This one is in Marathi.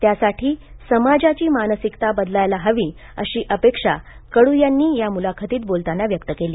त्यासाठी समाजाची मानसिकता बदलायला हवी अशी अपेक्षा कडू यांनी या मुलाखतीत बोलताना व्यक्त केली